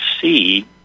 see